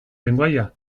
lengoaia